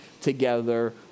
together